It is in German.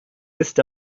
ist